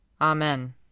Amen